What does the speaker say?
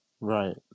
Right